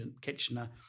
Kitchener